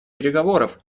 переговоров